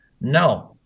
No